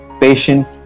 patient